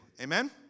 Amen